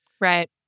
Right